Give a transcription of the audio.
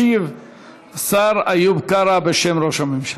ישיב השר איוב קרא בשם ראש הממשלה.